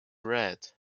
red